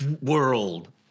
World